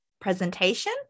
presentation